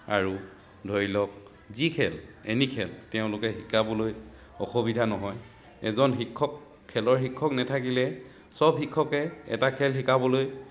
আৰু ধৰি লওক যি খেল এনি খেল তেওঁলোকে শিকাবলৈ অসুবিধা নহয় এজন শিক্ষক খেলৰ শিক্ষক নাথাকিলে চব শিক্ষকে এটা খেল শিকাবলৈ